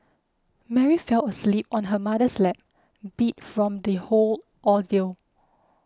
Mary fell asleep on her mother's lap beat from the whole ordeal